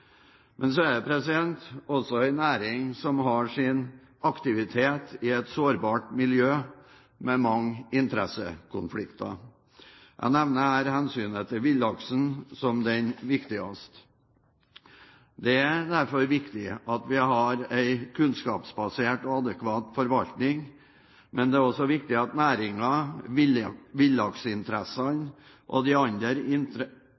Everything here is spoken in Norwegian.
Men det er også en næring som har sin aktivitet i et sårbart miljø med mange interessekonflikter. Jeg nevner her hensynet til villaksen som det viktigste. Det er derfor viktig at vi har en kunnskapsbasert og adekvat forvaltning, men det er også viktig at